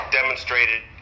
demonstrated